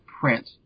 print